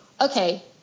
okay